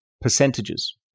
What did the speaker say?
percentages